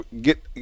get